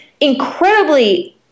incredibly